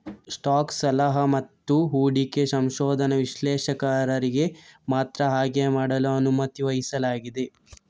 stock ಸಲಹಾ ಮತ್ತು ಹೂಡಿಕೆ ಸಂಶೋಧನಾ ವಿಶ್ಲೇಷಕರಿಗೆ ಮಾತ್ರ ಹಾಗೆ ಮಾಡಲು ಅನುಮತಿಸಲಾಗಿದೆ